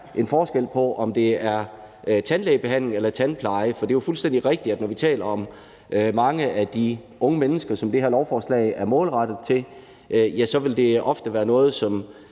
en forskel på, om det er tandlægebehandling eller tandpleje. For det er fuldstændig rigtigt, at når vi taler om mange af de unge mennesker, som det her lovforslag er målrettet til, vil det ofte være noget, som